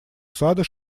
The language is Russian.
сада